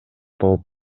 болуп